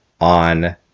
on